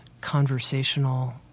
conversational